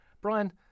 Brian